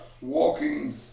walking